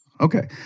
Okay